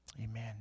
Amen